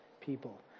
people